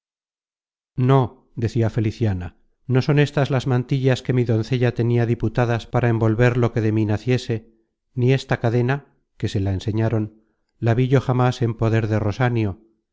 no decia feliciana no son éstas las mantillas que mi doncella tenia diputadas para envolver lo que de mí naciese ni esta cadena que se la enseñaron la vi yo jamas en poder de rosanio